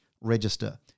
register